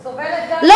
היא סובלת גם, "מרמרה".